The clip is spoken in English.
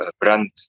brand